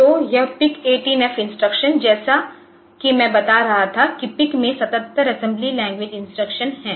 तो यह PIC 18F instruction तो जैसा कि मैं बता रहा था कि PIC में 77 असेंबली लैंग्वेज इंस्ट्रक्शन हैं